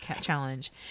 challenge